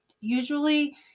usually